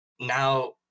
now